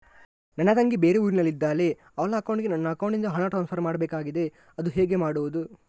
ನನ್ನ ತಂಗಿ ಬೇರೆ ಊರಿನಲ್ಲಿದಾಳೆ, ಅವಳ ಅಕೌಂಟಿಗೆ ನನ್ನ ಅಕೌಂಟಿನಿಂದ ಹಣ ಟ್ರಾನ್ಸ್ಫರ್ ಮಾಡ್ಬೇಕಾಗಿದೆ, ಅದು ಹೇಗೆ ಮಾಡುವುದು?